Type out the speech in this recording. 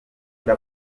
bita